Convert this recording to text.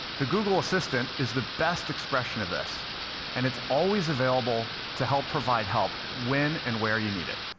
the google assistant is the best expression of this and it's always available to help provide help when and where you need it.